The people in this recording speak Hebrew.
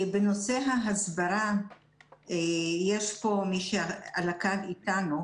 בנושא ההסברה יש פה מישהי על הקו איתנו,